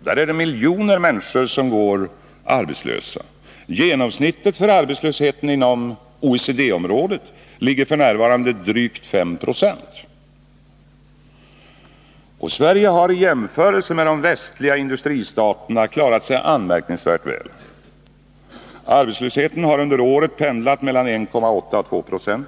Där är det miljoner människor som går arbetslösa. Genomsnittet för arbetslösheten inom OECD-området ligger f. n. på drygt 5 96. Sverige har i jämförelse med de västliga industristaterna klarat sig anmärkningsvärt väl. Arbetslösheten har under året pendlat mellan 1,8 och 2 70.